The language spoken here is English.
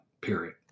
period